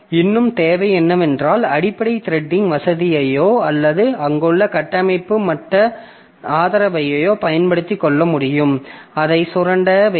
இன்னும் தேவை என்னவென்றால் அடிப்படை த்ரெட்டிங் வசதியையோ அல்லது அங்குள்ள கட்டமைப்பு மட்ட ஆதரவையோ பயன்படுத்திக் கொள்ள முடியும் அதை சுரண்ட வேண்டும்